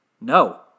No